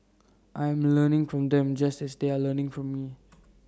I'm learning from them just as they are learning from you